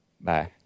Bye